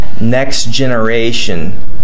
next-generation